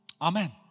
Amen